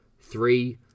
three